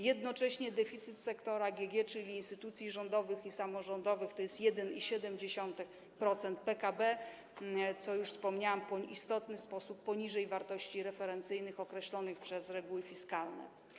Jednocześnie deficyt sektora GG, czyli instytucji rządowych i samorządowych, to jest 1,7% PKB, co jest, jak już wspomniałam, w istotny sposób poniżej wartości referencyjnych określonych przez reguły fiskalne.